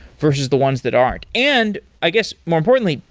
versus the ones that aren't? and i guess more importantly,